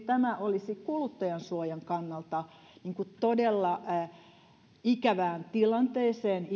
tämä olisi kuluttajansuojan kannalta ihmisten saattamista todella ikävään tilanteeseen